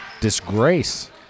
disgrace